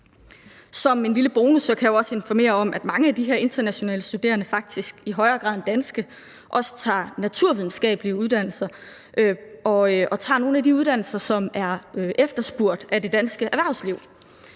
Som en lille bonus kan jeg også informere om, at mange af de her internationale studerende faktisk i højere grad end danske også tager naturvidenskabelige uddannelser og tager nogle af de uddannelser, som er efterspurgt af det danske erhvervsliv.